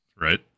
Right